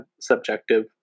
subjective